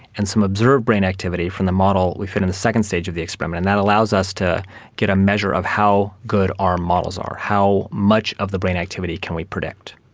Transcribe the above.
and some observed brain activity from the model we fit in the second stage of the experiment, and that allows us to get a measure of how good our models are, how much of the brain activity can we predict.